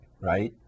Right